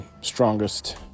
strongest